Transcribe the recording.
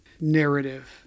narrative